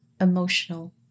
emotional